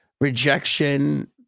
Rejection